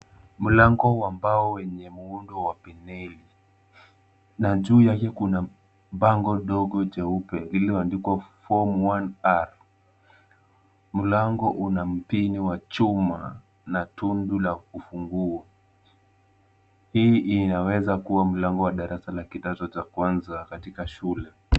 Mlango wa mbao wenye muundo wa peneli na juu yake kuna bango dogo jeupe lililoandikwa form 1A mlango una mpini wa chuma na tundu la ufunguo. Hii inaweza kuwa mlango wa darasa la kidato cha kwanza katika shule.